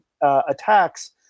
attacks